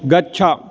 गच्छ